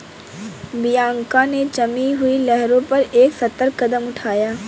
Bianca ने जमी हुई लहरों पर एक सतर्क कदम उठाया